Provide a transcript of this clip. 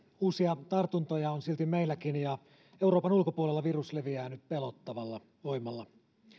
uusia tartuntoja on silti meilläkin ja euroopan ulkopuolella virus leviää nyt pelottavalla voimalla